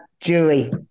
Julie